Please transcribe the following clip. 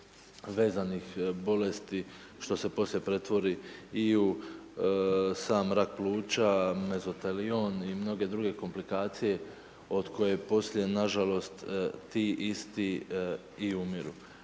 vezanih bolesti, što se poslije pretvori i u sam rak pluća, mezatelijon i mnoge druge komplikacije, od koje poslije nažalost ti isti i umiru.